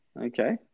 Okay